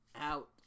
Out